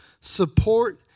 support